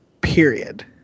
Period